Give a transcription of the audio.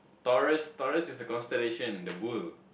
Taurus Taurus is the constellation the bull